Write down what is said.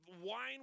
wine